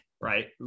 right